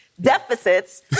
deficits